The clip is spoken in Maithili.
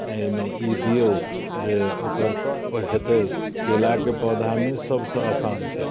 एहिमे ई दियौ जे ओकरपर हेतै केराके पौधामे सभसँ आसान छै